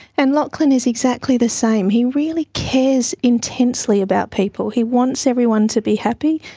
and lachlan is exactly the same. he really cares intensely about people, he wants everyone to be happy.